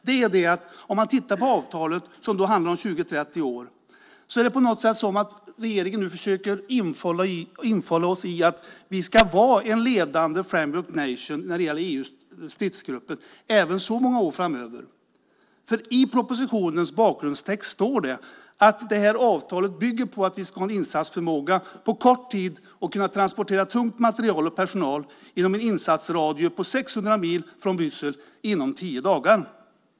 Det är att om man tittar på avtalet, som handlar om 20-30 år, så verkar det som om regeringen nu försöker fålla in oss i att vi ska vara en ledande framework nation när det gäller EU:s stridsgrupper även så många år framöver. I propositionens bakgrundstext står det nämligen att det här avtalet bygger på att vi ska ha en insatsförmåga på kort tid och kunna transportera tungt material och personal inom en insatsradie på 600 mil från Bryssel inom tio dagar.